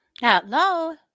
hello